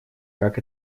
как